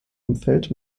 umfeld